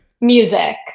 Music